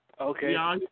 Okay